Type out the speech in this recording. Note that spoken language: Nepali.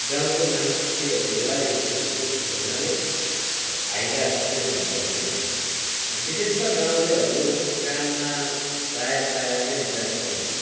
गाउँको मान्छेहरूलाई खेलकुद खेल्नाले फाइदा कसरी हुन्छ भने विशेषत गाउँलेहरू काममा प्रायः प्रायः नै व्यस्त हुन्छ